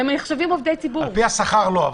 על פי השכר לא.